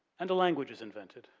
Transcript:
and a language is invented,